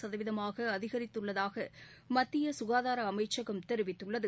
சதவீதமாக அதிகரித்துள்ளதாக மத்திய சுகாதார அமைச்சகம் தெரிவித்துள்ளது